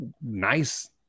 nice